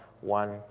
one